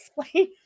explain